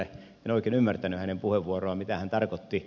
en oikein ymmärtänyt hänen puheenvuoroaan mitä hän tarkoitti